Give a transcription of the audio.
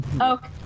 Okay